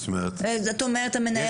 על מה מדובר?